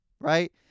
Right